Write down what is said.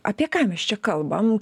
apie ką mes čia kalbam